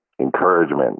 encouragement